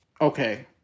Okay